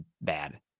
bad